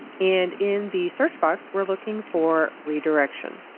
and in the search box we're looking for redirection.